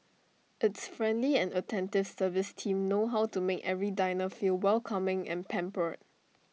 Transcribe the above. its friendly and attentive service team know how to make every diner feel welcoming and pampered